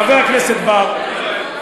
חבר הכנסת בר,